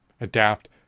adapt